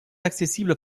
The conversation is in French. accessible